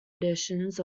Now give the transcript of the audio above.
editions